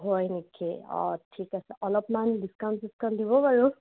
হয় নেকি অঁ ঠিক আছে অলপমান ডিস্কাউণ্ট চিস্কাউণ্ট দিব বাৰু